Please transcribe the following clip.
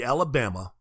Alabama